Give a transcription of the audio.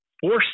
forced